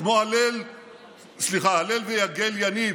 הלל ויגל יניב,